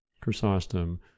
Chrysostom